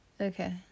Okay